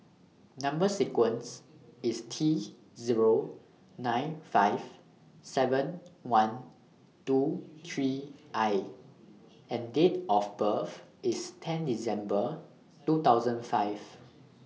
Number sequence IS T Zero nine five seven one two three I and Date of birth IS ten December two thousand five